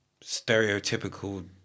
stereotypical